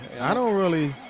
i don't really